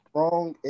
Wrong